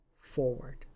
forward